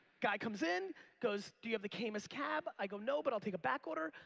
guy comes in goes, do you have the caymus cab? i go, no but i'll take a backorder.